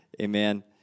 Amen